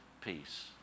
peace